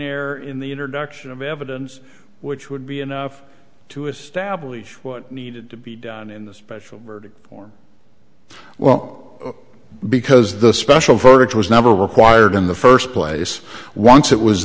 air in the introduction of evidence which would be enough to establish what needed to be done in the special verdict form well because the special virtue was never required in the first place once it was